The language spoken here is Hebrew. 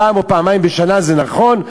פעם או פעמיים בשנה זה נכון,